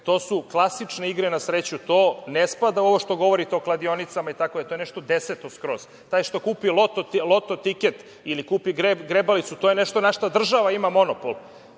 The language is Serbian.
to su klasične igre na sreću, to ne spada u ovo što govorite o kladionicama. To je nešto deseto skroz. Taj što kupi loto tiket ili kupi grebalicu je nešto na šta država ima monopol.